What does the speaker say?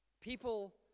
People